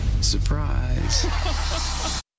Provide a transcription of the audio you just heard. Surprise